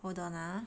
hold on ah